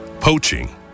Poaching